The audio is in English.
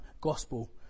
gospel